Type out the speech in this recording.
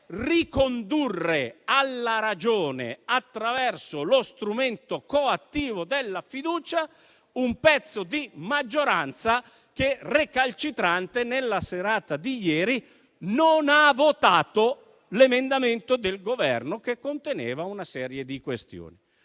ricondurre alla ragione, attraverso lo strumento coattivo della fiducia, un pezzo di maggioranza che, recalcitrante, nella serata di ieri non ha votato l'emendamento del Governo che conteneva una serie di questioni.